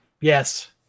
Yes